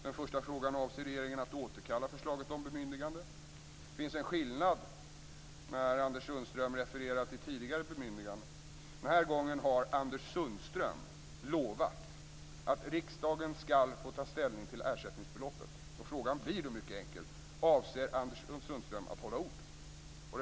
Den första frågan är: Avser regeringen att återkalla förslaget om bemyndigande? Anders Sundström refererar till tidigare bemyndiganden, men det finns en skillnad. Den här gången har Anders Sundström lovat att riksdagen skall få ta ställning till ersättningsbeloppet. Frågan blir då mycket enkel: Avser Anders Sundström att hålla ord?